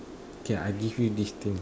okay I give you this thing